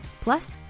plus